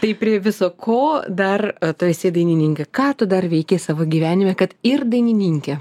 taip prie viso ko dar tu esi dainininkė ką tu dar veiki savo gyvenime kad ir dainininkė